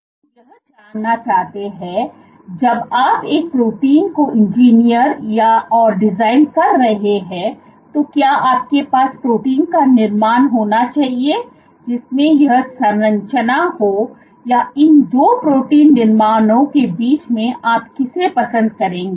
तो हम यह जानना चाहते हैं जब आप एक प्रोटीन को इंजीनियर और डिजाइन कर रहे हैं तो क्या आपके पास प्रोटीन का निर्माण होना चाहिए जिसमें यह संरचना हो या इन दो प्रोटीन निर्माणों के बीच आप किसे पसंद करेंगे